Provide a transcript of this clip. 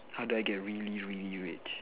how do I get really really rich